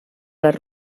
les